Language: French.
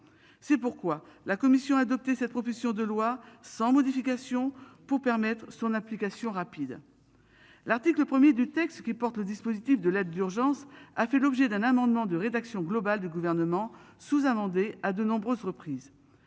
C'est pourquoi la commission adopté cette profession de loi sans modification pour permettre son application rapide. L'article 1er du texte qui porte le dispositif de l'aide d'urgence a fait l'objet d'un amendement de rédaction globale du Gouvernement sous- amendé à de nombreuses reprises.